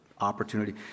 opportunity